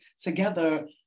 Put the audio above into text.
together